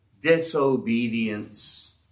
disobedience